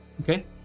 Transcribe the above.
Okay